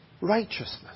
Righteousness